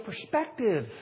perspective